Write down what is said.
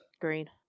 green